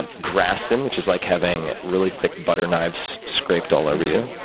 and graston, which is like having really thick butter knives scraped all over you,